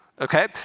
okay